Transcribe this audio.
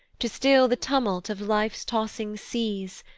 to still the tumult of life's tossing seas,